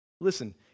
Listen